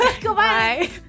Goodbye